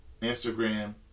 Instagram